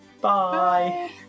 Bye